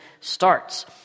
starts